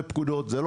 זהו